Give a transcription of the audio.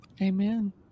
Amen